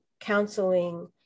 counseling